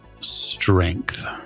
Strength